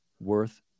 worth